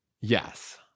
yes